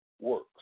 works